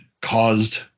caused